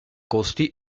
costi